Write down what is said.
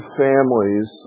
families